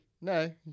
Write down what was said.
No